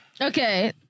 Okay